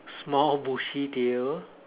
small bushy tail